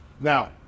now